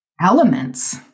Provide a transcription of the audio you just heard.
elements